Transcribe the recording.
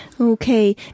Okay